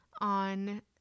on